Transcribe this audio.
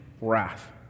wrath